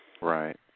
Right